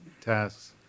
tasks